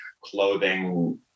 clothing